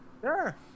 Sure